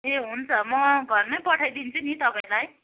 ए हुन्छ म घरमै पठाइदिन्छु नि तपाईँलाई